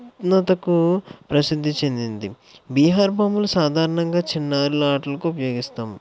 వినుత్నకు ప్రసిద్ధి చెందింది బీహార్ బొమ్మలు సాధారణంగా చిన్నారుల ఆటలకు ఉపయోగిస్తాము